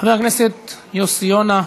חבר הכנסת יוסי יונה,